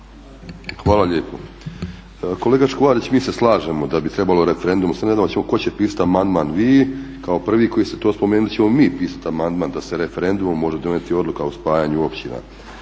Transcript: Hvala lijepo. Kolega Škvarić, mi se slažemo da bi trebalo referendumom, samo ne znamo tko će pisat amandman vi kao prvi koji ste to spomenuli ili ćemo mi pisati amandman da se referendumom može donijeti odluka o spajanju općina?